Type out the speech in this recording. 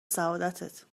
سعادتت